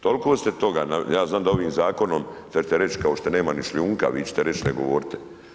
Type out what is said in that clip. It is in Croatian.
Toliko ste toga, ja znam da ovim zakonom, sada ćete reći kao šta nema ni šljunka, vi ćete reći ne govorite.